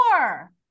Four